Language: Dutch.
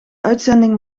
uitzending